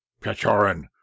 Pechorin